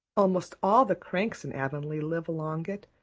almost all the cranks in avonlea live along it,